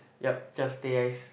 yup just teh ice